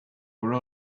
were